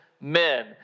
men